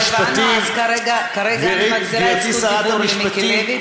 כרגע אני מחזירה את זכות הדיבור למיקי לוי.